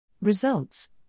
Results